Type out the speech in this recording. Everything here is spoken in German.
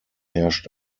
herrscht